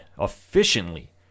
efficiently